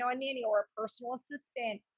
know, i need your personal assistant.